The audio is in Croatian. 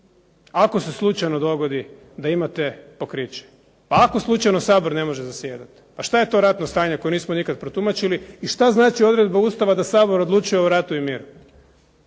ako se slučajno dogodi da imate pokriće. Ako slučajno Sabor ne može zasjedati. Pa šta je to ratno stanje koje nismo nikad protumačili i šta znači odredba Ustava da Sabor odlučuje o ratu i miru?